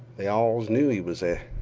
they allus knew he was a